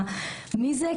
מי זה?